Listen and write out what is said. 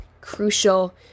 crucial